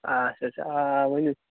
اَچھا اَچھا آ ؤنِو